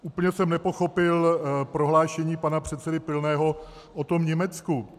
Úplně jsem nepochopil prohlášení pana předsedy Pilného o tom Německu.